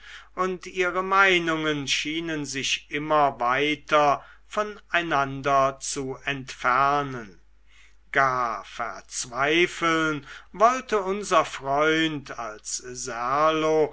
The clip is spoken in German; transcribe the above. und ihre meinungen schienen sich immer weiter voneinander zu entfernen gar verzweifeln wollte unser freund als serlo